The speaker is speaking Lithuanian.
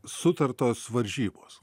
sutartos varžybos